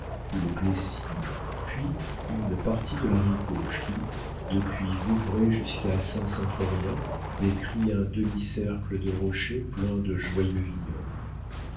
le plessis puis une partie de la rive gauche qui depuis vouvray jusqu'à saint symphorien décrit un demi-cercle de rochers pleins de joyeux vignobles